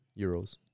euros